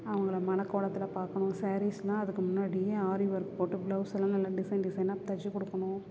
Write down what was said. அவர்கள மணக்கோலத்தில் பார்க்கணும் சேரீஸ்ஸெலாம் அதுக்கு முன்னாடியே ஆரி ஒர்க் போட்டு ப்ளவுஸ்ஸெலாம் நல்லா டிசைன் டிசைனாக தச்சுக் கொடுக்கணும்